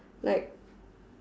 like